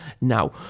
now